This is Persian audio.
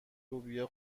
لوبیا